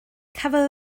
cafodd